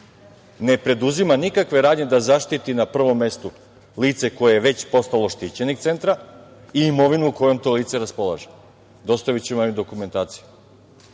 ne preduzima nikakve radnje da zaštiti na prvom mestu lice koje je već postalo štićenik Centra i imovinu kojom to lice raspolaže. Dostaviću vam i dokumentaciju. Ako